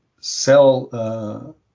sell